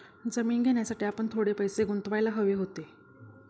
जमीन घेण्यासाठी आपण थोडे पैसे गुंतवायला हवे होते